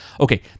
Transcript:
Okay